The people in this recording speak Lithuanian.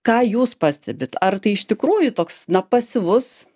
ką jūs pastebit ar tai iš tikrųjų toks na pasyvus